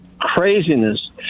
craziness